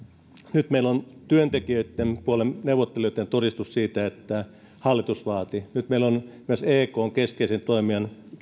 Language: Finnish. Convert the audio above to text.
nyt meillä on työntekijöitten puolen neuvottelijoitten todistus siitä että hallitus vaati nyt meillä on myös ekn keskeisen toimijan